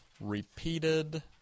Repeated